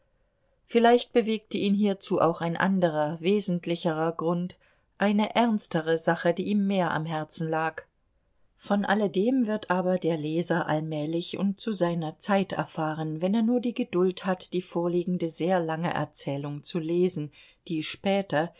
vielleicht bewegte ihn hierzu auch ein anderer wesentlicherer grund eine ernstere sache die ihm mehr am herzen lag von alledem wird aber der leser allmählich und zu seiner zeit erfahren wenn er nur die geduld hat die vorliegende sehr lange erzählung zu lesen die später